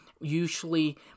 Usually